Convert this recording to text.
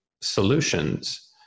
solutions